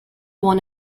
won